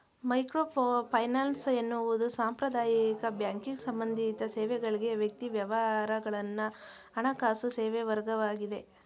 microfinance ಎನ್ನುವುದು ಸಾಂಪ್ರದಾಯಿಕ banking ಸಂಬಂಧಿತ ಸೇವೆಗಳ್ಗೆ ವ್ಯಕ್ತಿ ವ್ಯವಹಾರಗಳನ್ನ ಹಣಕಾಸು ಸೇವೆವರ್ಗವಾಗಿದೆ